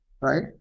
right